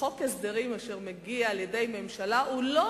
שחוק הסדרים אשר מגיע לידי ממשלה הוא לא